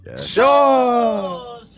sure